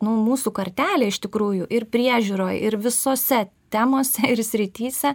nu mūsų kartelė iš tikrųjų ir priežiūroj ir visose temose ir srityse